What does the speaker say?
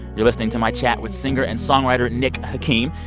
you're listening to my chat with singer and songwriter nick hakim.